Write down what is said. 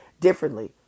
differently